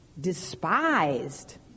despised